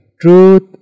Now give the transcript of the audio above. truth